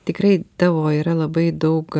tikrai tavo yra labai daug